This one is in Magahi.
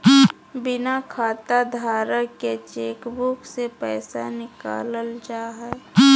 बिना खाताधारक के चेकबुक से पैसा निकालल जा हइ